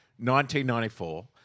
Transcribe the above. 1994